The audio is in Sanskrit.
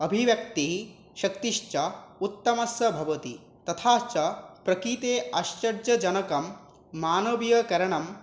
अभिव्यक्तिः शक्तिश्च उत्तमश्च भवति तथा च प्रकृते आश्चर्यजनकं मानवीयकरणं